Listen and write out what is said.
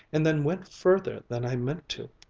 and then went further than i meant to.